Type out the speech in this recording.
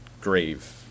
grave